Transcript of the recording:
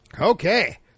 Okay